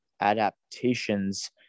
adaptations